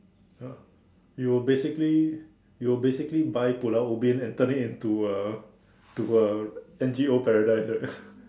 ya you'll basically you'll basically buy Pulau-Ubin and turn it into a to a N_G_O paradise right